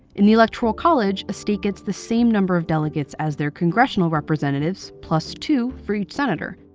in the electoral college, a state gets the same number of delegates as their congressional representatives, plus two for each senator.